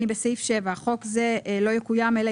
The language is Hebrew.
אני בהסתייגות 7. חוק זה לא יקוים אלא